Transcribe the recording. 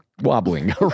wobbling